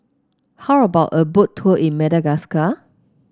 how about a Boat Tour in Madagascar